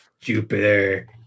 Jupiter